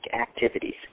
activities